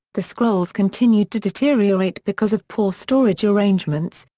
the scrolls continued to deteriorate because of poor storage arrangements,